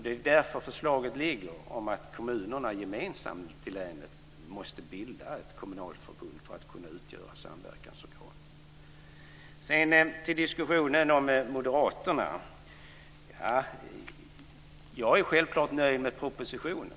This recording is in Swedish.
Det är därför som förslaget om att kommunerna gemensamt i länet måste bilda ett kommunalförbund för att kunna utgöra samverkansorgan föreligger. Sedan till diskussionen om moderaterna. Jag är självklart nöjd med propositionen.